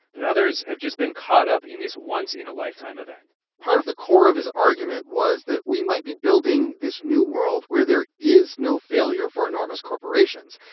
but others have just been caught up in this once-in-a-lifetime event part of the core of his argument was that we might be building this new world where there is no failure for enormous corporations.